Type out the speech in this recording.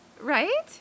right